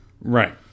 Right